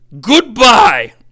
Goodbye